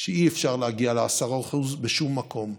שאי-אפשר להגיע ל-10% בשום מקום.